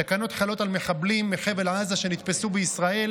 התקנות חלות על מחבלים מחבל עזה שנתפסו בישראל